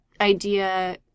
idea